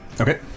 Okay